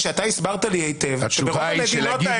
התוצאה.